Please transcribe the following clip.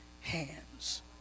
hands